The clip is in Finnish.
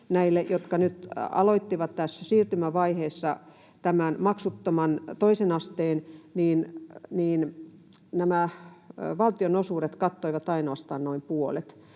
näille, jotka nyt aloittivat tässä siirtymävaiheessa tämän maksuttoman toisen asteen, nämä valtionosuudet kattoivat ainoastaan noin puolet.